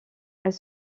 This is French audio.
elle